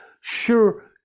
Sure